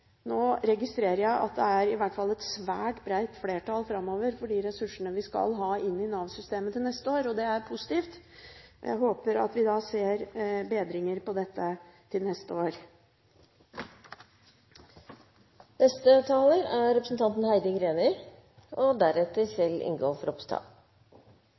Nå registrerer jeg at det i hvert fall er et svært bredt flertall framover for de ressursene vi skal ha inn i Nav-systemet til neste år, og det er positivt. Jeg håper at vi da ser bedringer på dette til neste år. Jeg vil takke representanten